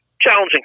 Challenging